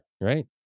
right